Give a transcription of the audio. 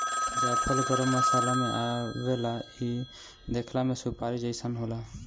जायफल गरम मसाला में आवेला इ देखला में सुपारी जइसन होला